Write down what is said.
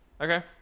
Okay